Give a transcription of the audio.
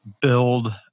build